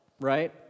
right